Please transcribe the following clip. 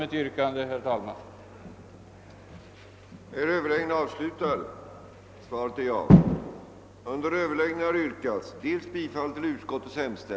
mitt yrkande om bifall till reservationen.